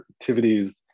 activities